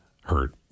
hurt